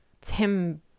Tim